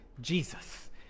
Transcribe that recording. Jesus